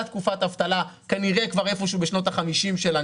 תקופת אבטלה כנראה איפה שהוא בשנות ה-50 שלה.